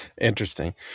Interesting